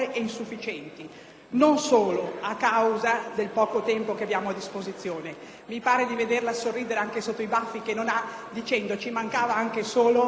non solo a causa del poco tempo che abbiamo a disposizione. Mi pare di vederla sorridere anche sotto i baffi che non ha, dicendo che ci mancava solo